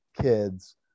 kids